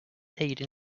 made